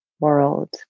world